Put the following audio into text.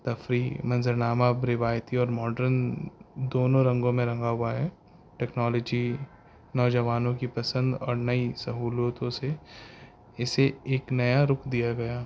تفریح منظرنامہ اب روایتی اور ماڈرن دونوں رنگوں میں رنگا ہوا ہے ٹیکنالوجی نوجوانوں کی پسند اور نئی سہولتوں سے اسے ایک نیا رخ دیا گیا